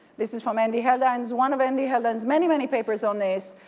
this is from andy hellands, one of andy helland's many many papers on this.